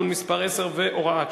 משק החשמל (תיקון מס' 10 והוראת שעה).